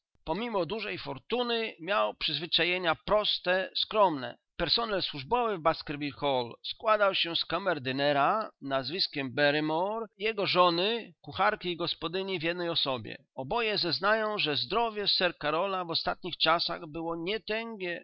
pomimo dużej fortuny miał przyzwyczajenia proste skromne personel służbowy w baskerville hall składał się z kamerdynera nazwiskiem barrymore jego żony kucharki i gospodyni w jednej osobie oboje zeznają że zdrowie sir karola w ostatnich czasach było nietęgie że